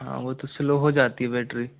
हाँ वो तो स्लो हो जाती है बैटरी